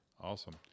Awesome